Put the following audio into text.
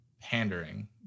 pandering